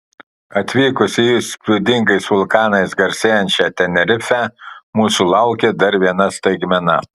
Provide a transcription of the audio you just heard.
atvykus į įspūdingais vulkanais garsėjančią tenerifę mūsų laukė dar viena staigmena